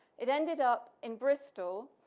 it ended up in bristol,